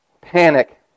panic